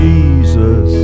Jesus